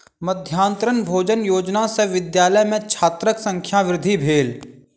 मध्याह्न भोजन योजना सॅ विद्यालय में छात्रक संख्या वृद्धि भेल